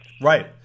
Right